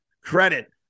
credit